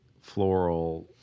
floral